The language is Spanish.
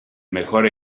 mejor